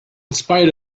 spite